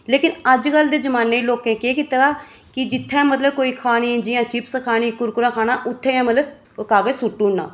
लेकिन अजकल दे जमानें लोकें केह् कीते दा कि जित्थै मतलब कोई खानी जि'यां चिप्स खानी कुरकुरा खाना उत्थै गै मतलब ओह् कागज सुट्टी ओड़ना